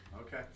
Okay